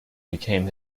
became